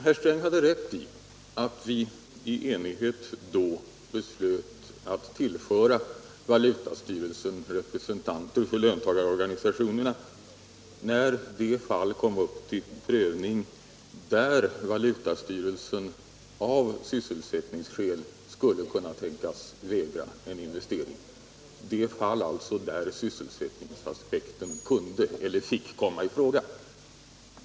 Herr Sträng hade rätt i att vi i enighet då beslöt att tillföra valutastyrelsen representanter för löntagarorganisationerna, när de fall kom upp till prövning där valutastyrelsen av sysselsättningsskäl skulle kunna tänkas vägra en investering. Det gällde alltså fall där sysselsättningsaspekten fick komma i fråga.